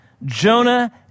Jonah